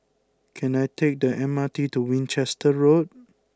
can I take the M R T to Winchester Road